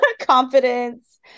confidence